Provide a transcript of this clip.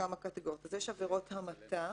מכמה קטגוריות: יש עבירות המתה